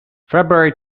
february